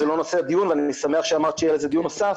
זה לא נושא הדיון ואני שמח שאמרת שיהיה דיון בנושא.